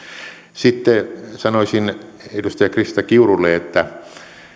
sitten sanoisin edustaja krista kiurulle että